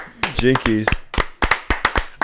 Jinkies